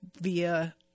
via